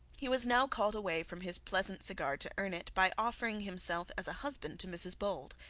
he was now called away from his pleasant cigar to earn it, by offering himself as a husband to mrs bold.